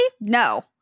no